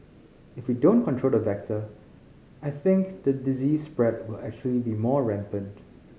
if we don't control the vector I think the disease spread will actually be more rampant